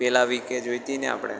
પેલા વીકે જોઈતી ને આપણે